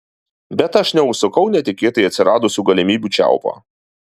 bet aš neužsukau netikėtai atsiradusių galimybių čiaupo